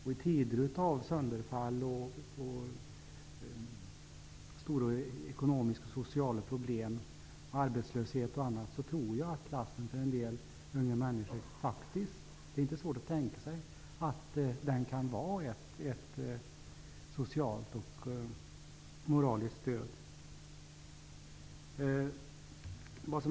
I tider av sönderfall och stora ekonomiska och sociala problem, arbetslöshet och annat tror jag att klassen för en del unga människor faktiskt kan vara ett socialt och moraliskt stöd. Det är inte svårt att tänka sig att det kan vara så.